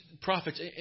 prophets